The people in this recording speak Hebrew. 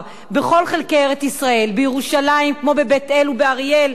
בכל חלקי ארץ-ישראל: בירושלים כמו בבית-אל ובאריאל,